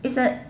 it's a